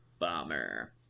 bomber